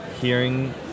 hearing